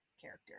character